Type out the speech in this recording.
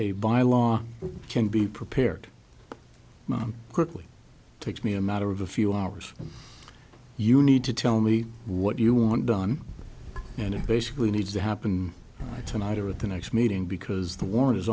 a by law can be prepared one quickly takes me a matter of a few hours you need to tell me what you want done and it basically needs to happen tonight or at the next meeting because the war